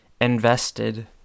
invested